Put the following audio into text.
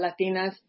Latinas